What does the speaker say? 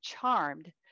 charmed